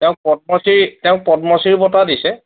তেওঁক পদ্মশ্ৰী তেওঁক পদ্মশ্ৰী বঁটা দিছে